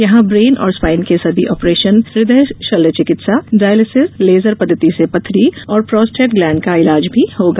यहां ब्रेन और स्पाईन के सभी ऑपरेशन हृदय शल्य चिकित्सा डॉयलिसिस लेजर पद्दति से पथरी और प्रोस्टेट ग्लेंड का इलाज भी होगा